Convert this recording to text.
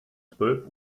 zwölf